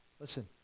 Listen